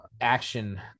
action